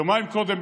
יומיים קודם,